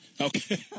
Okay